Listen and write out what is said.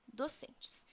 docentes